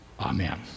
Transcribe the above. Amen